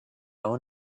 own